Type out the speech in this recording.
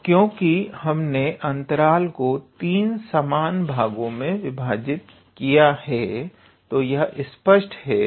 तो क्योंकि हमने अंतराल को 3 समान भागों में विभाजित किया है तो यह स्पष्ट है